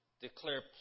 declare